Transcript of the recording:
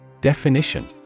Definition